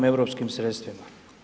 Europskim sredstvima.